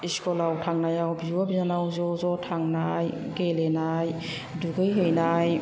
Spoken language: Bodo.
स्कुलाव थांनायाव बिब' बिनानाव ज' ज' थांनाय गेलेनाय दुगैहैनाय